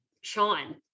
Sean